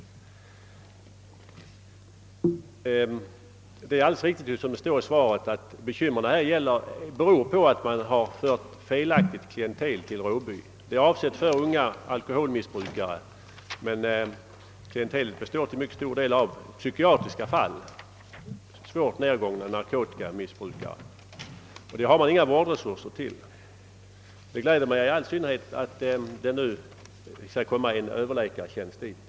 Och det är alldeles riktigt som det står i svaret, att bekymren där beror på att man har fått ett felaktigt klientel vid inrättningen. Den är avsedd för unga alkoholmissbrukare, men det nuvarande klientelet består till mycket stor del av psykiatriska fall, främst svårt nedgångna narkotikamissbrukare, och för det klientelet har man inga vårdresurser. Det gläder mig nu att höra att det skall inrättas en överläkartjänst vid anstalten.